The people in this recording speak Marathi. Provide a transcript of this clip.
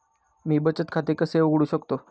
मी बचत खाते कसे उघडू शकतो?